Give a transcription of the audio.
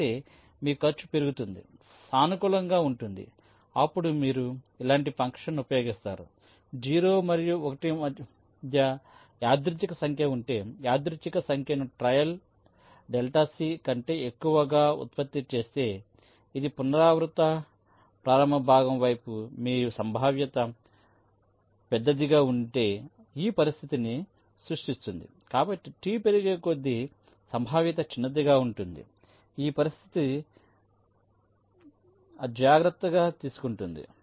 అయితే మీ ఖర్చు పెరుగుతోంది సానుకూలంగా ఉంటుంది అప్పుడు మీరు ఇలాంటి ఫంక్షన్ను ఉపయోగిస్తారు 0 మరియు 1 మధ్య యాదృచ్ఛిక సంఖ్య ఉంటే యాదృచ్ఛిక సంఖ్యను ట్రయల్ ΔC కంటేఎక్కువ గా ఉత్పత్తి చేస్తే ఇది పునరావృత ప్రారంభ భాగం వైపు మీ సంభావ్యత పెద్దదిగా ఉంటే ఈ పరిస్థితిని సృష్టిస్తుంది కానీ T పెరిగేకొద్దీ సంభావ్యత చిన్నదిగా ఉంటుంది ఈ పరిస్థితి ఆ జాగ్రత్త తీసుకుంటుంది